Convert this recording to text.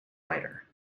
writer